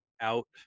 out